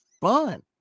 fun